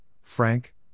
Frank